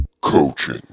Coaching